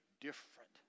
different